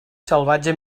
salvatge